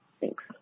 Thanks